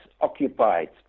occupied